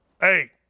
Hey